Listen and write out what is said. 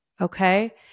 Okay